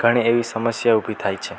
ઘણી એવી સમસ્યા ઊભી થાય છે